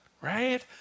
right